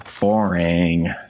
Boring